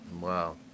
Wow